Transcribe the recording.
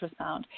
ultrasound